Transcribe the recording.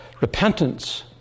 repentance